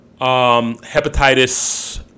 hepatitis